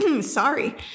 sorry